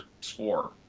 score